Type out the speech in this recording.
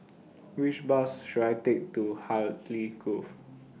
Which Bus should I Take to Hartley Grove